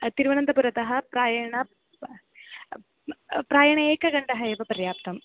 तिरुवन्तपुरतः प्रायेण प्रायेण एकघण्टा एव पर्याप्तम्